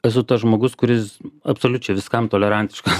esu tas žmogus kuris absoliučiai viskam tolerantiškas